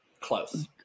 Close